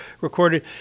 recorded